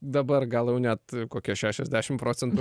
dabar gal net kokia šešiasdešimt procentų